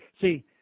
see